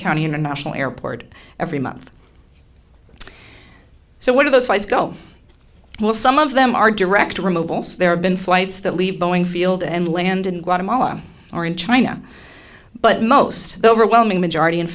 county international airport every month so one of those fights go well some of them are direct removals there have been flights that leave boeing field and land in guatemala or in china but most the overwhelming majority in